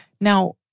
Now